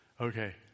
okay